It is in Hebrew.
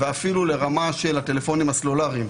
ואפילו לרמה של הטלפונים הסלולריים.